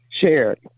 shared